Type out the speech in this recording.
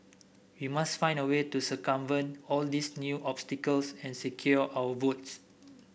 we must find a way to circumvent all these new obstacles and secure our votes